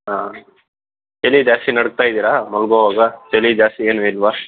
ಹಾಂ ಚಳಿ ಜಾಸ್ತಿ ನಡುಗ್ತಾಯಿದ್ದೀರಾ ಮಲಗುವಾಗ ಚಳಿ ಜಾಸ್ತಿ ಏನು ಇಲ್ವಾ